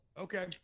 Okay